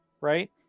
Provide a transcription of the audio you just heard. right